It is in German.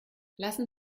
lassen